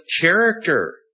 character